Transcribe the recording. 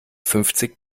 fünfzig